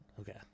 Okay